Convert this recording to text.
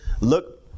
look